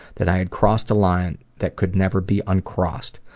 that i had crossed a line that could never be uncrossed.